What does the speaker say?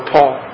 Paul